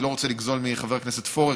אני לא רוצה לגזול מחבר הכנסת פורר,